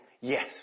Yes